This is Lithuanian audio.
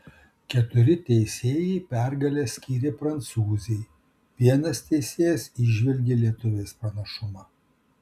keturi teisėjai pergalę skyrė prancūzei vienas teisėjas įžvelgė lietuvės pranašumą